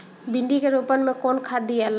भिंदी के रोपन मे कौन खाद दियाला?